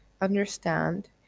understand